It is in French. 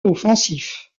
offensif